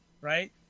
right